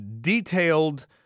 detailed